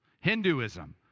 Hinduism